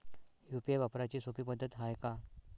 UPI वापराची सोपी पद्धत हाय का?